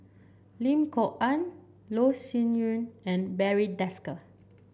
Lim Kok Ann Loh Sin Yun and Barry Desker